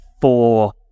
four